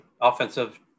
offensive